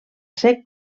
ser